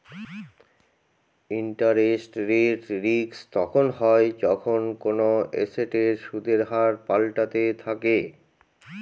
interest rate risk তখন হয় যখন কোনো এসেটের সুদের হার পাল্টাতে থাকে